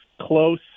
close